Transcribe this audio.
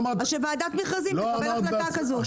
שוועדת מכרזים תקבל החלטה כזו.